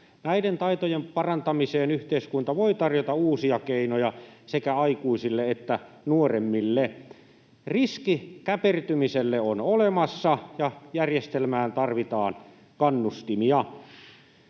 Näiden taitojen parantamiseen yhteiskunta voi tarjota uusia keinoja sekä aikuisille että nuoremmille. Riski käpertymiselle on olemassa, ja järjestelmään tarvitaan kannustimia.